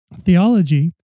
Theology